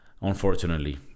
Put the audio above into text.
unfortunately